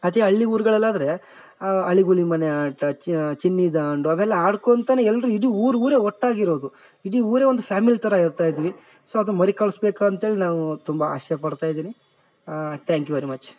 ಅದೇ ಹಳ್ಳಿ ಊರ್ಗಳಲ್ಲಾದರೆ ಅಳಿಗುಳಿ ಮನೆ ಆಟ ಚಿನ್ನಿ ದಾಂಡು ಅವೆಲ್ಲ ಆಡ್ಕೊಂತಾನೆ ಎಲ್ರೂ ಇಡೀ ಊರ್ಗೂರೇ ಒಟ್ಟಾಗಿರೋದು ಇಡೀ ಊರೇ ಒಂದು ಫ್ಯಾಮಿಲಿ ಥರ ಇರ್ತಾ ಇದ್ವಿ ಸೊ ಅದು ಮರಿ ಕಳಿಸ್ಬೇಕಂತೇಳಿ ನಾವು ತುಂಬ ಆಸೆ ಪಡ್ತಾಯಿದ್ದೀನಿ ತ್ಯಾಂಕ್ ಯು ವೆರಿ ಮಚ್